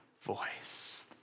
voice